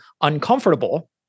uncomfortable